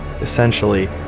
essentially